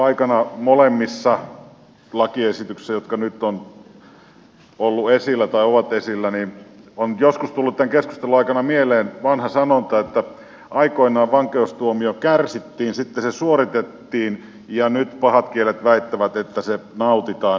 tässä keskustelussa molemmista lakiesityksistä jotka nyt ovat esillä on joskus tullut mieleen vanha sanonta että aikoinaan vankeustuomio kärsittiin sitten se suoritettiin ja nyt pahat kielet väittävät että se nautitaan